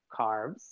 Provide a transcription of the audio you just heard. carbs